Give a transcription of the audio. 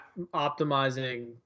optimizing